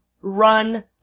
run